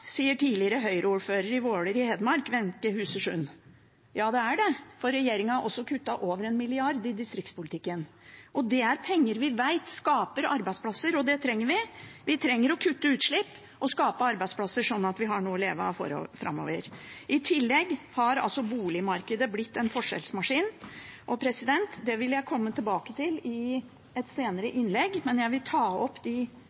sier tidligere Høyre-ordfører i Grue i Hedmark, Wenche Huser Sund. Ja, det er det, for regjeringen har også kuttet over 1 mrd. kr i distriktspolitikken. Det er penger vi vet skaper arbeidsplasser, og det trenger vi. Vi trenger å kutte utslipp og skape arbeidsplasser, sånn at vi har noe å leve av framover. I tillegg har boligmarkedet blitt en forskjellsmaskin. Det vil jeg komme tilbake til i et senere innlegg. Jeg vil ta opp de